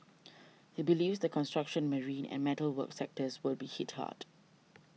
he believes the construction marine and metal work sectors will be hit hard